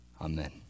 Amen